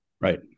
right